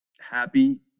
happy